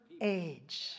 age